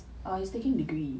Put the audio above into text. err he's taking degree